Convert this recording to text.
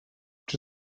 czy